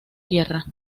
tierra